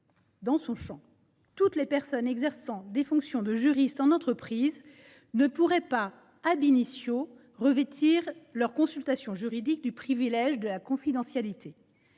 avons retenu : toutes les personnes exerçant des fonctions de juriste en entreprise ne pourront pas revêtir leurs consultations juridiques du privilège de la confidentialité.